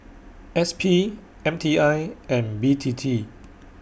S P M T I and B T T